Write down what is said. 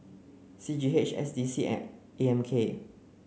C G H S D C and A M K